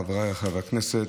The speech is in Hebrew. חבריי חברי הכנסת,